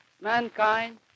mankind